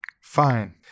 Fine